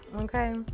okay